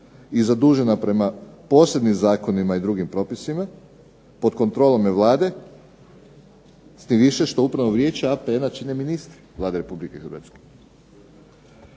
i zadužena prema posebnim zakonima i drugim propisima pod kontrolom je Vlade s tim više što Upravno vijeće APN-a čine ministri Vlade RH.